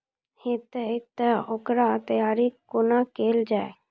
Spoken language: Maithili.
हेतै तअ ओकर तैयारी कुना केल जाय?